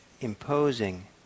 imposing